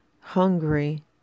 hungry